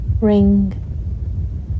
ring